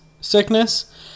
sickness